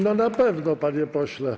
No na pewno, panie pośle.